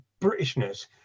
Britishness